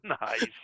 Nice